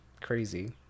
crazy